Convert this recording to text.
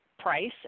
price